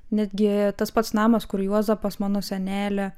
netgi tas pats namas kur juozapas mano senelė